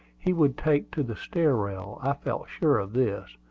he would take to the stair-rail. i felt sure of this,